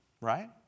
Right